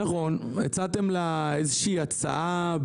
נכון, הצעתם לה איזושהי הצעה